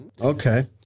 Okay